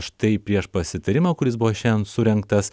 štai prieš pasitarimą kuris buvo šiandien surengtas